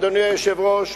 אדוני היושב-ראש,